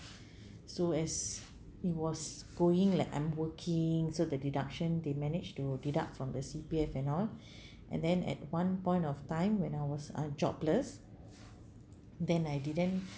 so as it was going like I'm working so the deduction they managed to deduct from the C_P_F and all and then at one point of time when I was uh jobless then I didn't